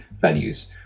values